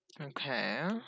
Okay